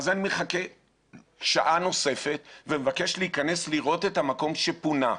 ואז אני מחכה שעה נוספת ומבקש להיכנס לראות את המקום שפונה,